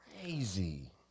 crazy